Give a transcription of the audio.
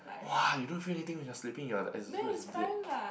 (woah) you don't feel anything when you are sleeping you're the as good as dead